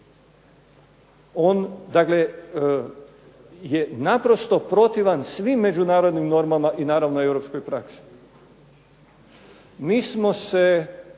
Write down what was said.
je naprosto protivan svim međunarodnim normama i naravno europskoj praksi. Mi smo se